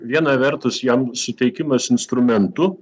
viena vertus jam suteikiamas instrumentų